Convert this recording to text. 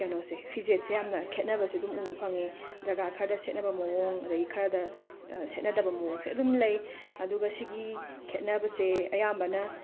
ꯀꯩꯅꯣꯁꯦ ꯐꯤꯖꯦꯠꯁꯦ ꯌꯥꯝꯅ ꯈꯦꯠꯅꯕꯁꯦ ꯑꯗꯨꯝ ꯎꯕ ꯐꯪꯉꯦ ꯖꯒꯥ ꯈꯔꯗ ꯁꯦꯠꯅꯕ ꯃꯋꯣꯡ ꯑꯗꯒꯤ ꯈꯔꯗ ꯁꯦꯠꯅꯗꯕ ꯃꯋꯣꯡꯁꯦ ꯑꯗꯨꯝ ꯂꯩ ꯑꯗꯨꯒ ꯁꯤꯒꯤ ꯈꯦꯠꯅꯕꯁꯦ ꯑꯌꯥꯝꯕꯅ